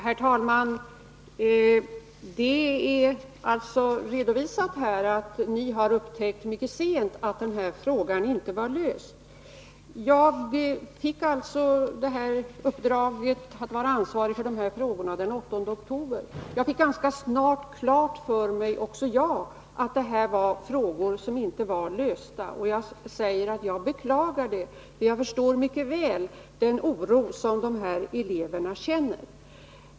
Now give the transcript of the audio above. Herr talman! Det har alltså här redovisats att ni mycket sent upptäckt att problemet med legitimation inte var löst. Jag fick uppdraget att vara ansvarig för dessa frågor den 8 oktober. Jag fick ganska snart klart för mig också jag att det här var problem som inte var lösta, och jag säger att jag beklagar det. Jag förstår mycket väl den oro som de elever det här gäller känner.